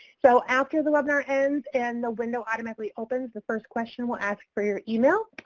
so after the webinar ends and the window automatically opens, the first question will ask for your email.